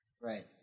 right